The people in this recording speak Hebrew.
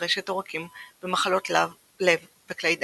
טרשת עורקים ומחלות לב וכלי דם,